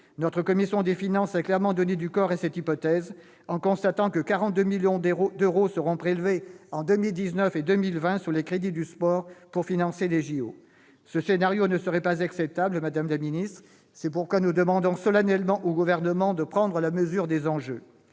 ? La commission des finances a clairement donné du corps à cette hypothèse, en constatant que 42 millions d'euros seront prélevés en 2019 et 2020 sur les crédits du sport pour financer les jeux Olympiques. Ce scénario ne serait pas acceptable, madame la ministre. C'est pourquoi nous demandons solennellement au Gouvernement de prendre la mesure des enjeux.